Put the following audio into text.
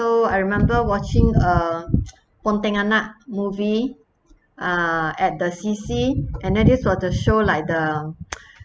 so I remember watching uh pontianak movie uh at the C_C and then this was the show like the